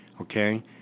Okay